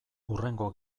hurrengo